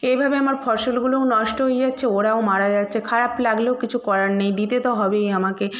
এভাবে আমার ফসলগুলোও নষ্ট হয়ে যাচ্ছে ওরাও মারা যাচ্ছে খারাপ লাগলেও কিছু করার নেই দিতে তো হবেই আমাকে